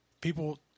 People